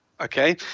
okay